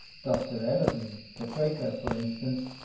dr. ellerby, the quaker, for instance,